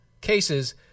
cases